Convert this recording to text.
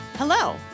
Hello